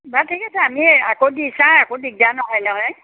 বাৰু ঠিক অছে আমি আকৌ দিছা একো দিকদাৰ নহয় নহয়